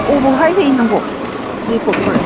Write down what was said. बबेहाय हैनांगौ रिपर्टखौलाय